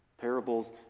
Parables